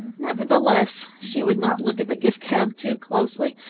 nevertheless, she would not look at the gift cab too closely,